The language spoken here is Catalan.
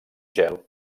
gel